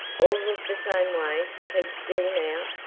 all look the same way! keep still! now!